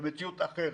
במציאות אחרת.